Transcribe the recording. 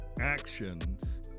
actions